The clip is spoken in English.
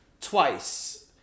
twice